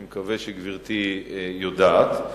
אני מקווה שגברתי יודעת.